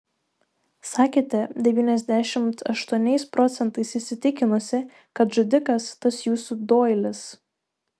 sakėte devyniasdešimt aštuoniais procentais įsitikinusi kad žudikas tas jūsų doilis